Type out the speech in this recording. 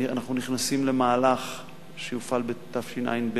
אנחנו נכנסים למהלך שיופעל בתשע"ב,